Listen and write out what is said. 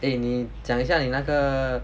eh 你讲一下你那个